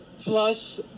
plus